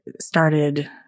started